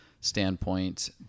standpoint